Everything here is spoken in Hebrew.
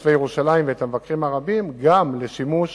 תושבי ירושלים ואת המבקרים הרבים לשימוש